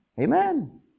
Amen